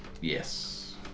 Yes